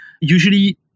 Usually